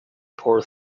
poor